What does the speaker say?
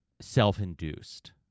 self-induced